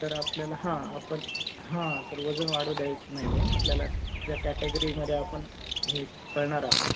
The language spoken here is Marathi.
तर आपल्याला हां आपण हां तर वजन वाढू द्यायच नाहीये आपल्याला ज्या कॅटेगरीमदे आपन हे पळणार आहोत